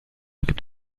gibt